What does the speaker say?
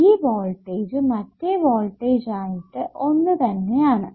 ഈ വോൾടേജ് മറ്റേ വോൾടേജ് ആയിട്ട് ഒന്ന് തന്നെ ആണ്